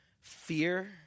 Fear